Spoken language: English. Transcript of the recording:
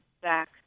back